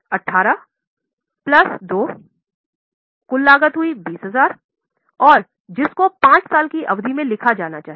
18 plus 2 कुल लागत 20 है ज़िस को 5 साल की अवधि में लिखा जाना है